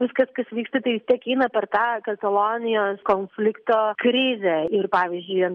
viskas kas vyksta tai tiek eina per tą katalonijos konflikto krizę ir pavyzdžiui